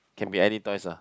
can be any toys lah